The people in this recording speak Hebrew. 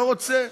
לא רוצה.